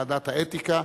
ועדת האתיקה.